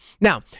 Now